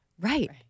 Right